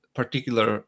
particular